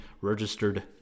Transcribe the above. registered